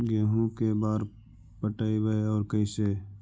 गेहूं के बार पटैबए और कैसे?